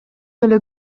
эле